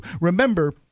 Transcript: Remember –